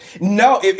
No